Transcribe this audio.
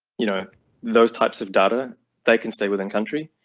you know those types of data they can stay within country